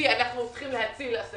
כי אנחנו צריכים להציל עסקים,